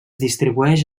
distribueix